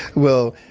well,